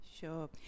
sure